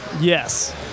Yes